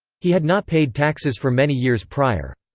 he had not paid taxes for many years prior.